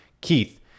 Keith